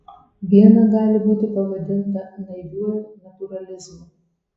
viena gali būti pavadinta naiviuoju natūralizmu